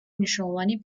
მნიშვნელოვანი